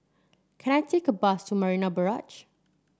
can I take a bus to Marina Barrage